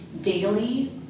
daily